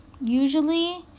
usually